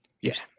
Yes